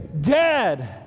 dead